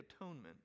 Atonement